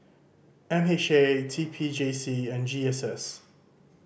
M H A T P J C and G S S